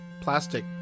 plastic